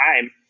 time